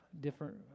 different